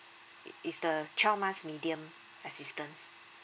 is the twelve months medium assistance